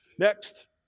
Next